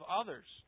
others